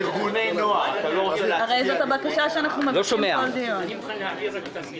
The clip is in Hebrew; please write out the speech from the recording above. את לא יכולה לבקש נתונים בפעם הראשונה תוך כדי